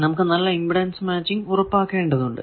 നമുക്കു നല്ല impedance matching ഉറപ്പാക്കേണ്ടതുണ്ട്